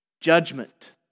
judgment